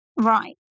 Right